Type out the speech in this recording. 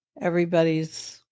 everybody's